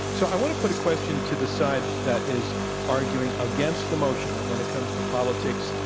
so i want to put a question to the side that is arguing against the motion, that when it comes to politics,